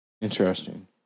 Interesting